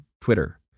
Twitter